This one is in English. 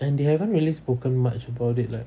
and they haven't really spoken much about it like